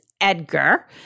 Edgar